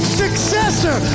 successor